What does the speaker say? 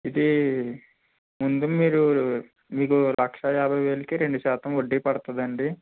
ఇది ముందు మీరు మీకు లక్ష యాభై వేలకు రెండు శాతం వడ్డీ పడుతుంది అండి